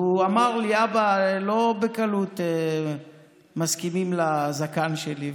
והוא אמר לי: אבא, לא בקלות מסכימים לזקן שלי.